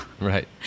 Right